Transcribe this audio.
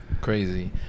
Crazy